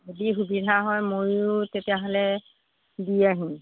যদি সুবিধা হয় ময়ো তেতিয়াহ'লে সুধি আহিম